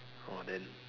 orh then